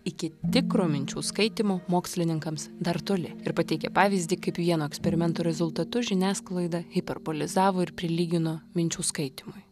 iki tikro minčių skaitymo mokslininkams dar toli ir pateikia pavyzdį kaip vieno eksperimento rezultatus žiniasklaida hiperbolizavo ir prilygino minčių skaitymui